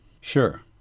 Sure